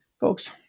folks